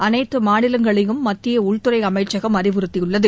அனைத்து மாநிலங்களையும் மத்திய உள்துறை அமைச்சகம் அறிவுறுத்தியுள்ளது